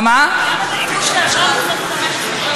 גם התקציב שעבר, מה?